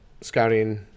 scouting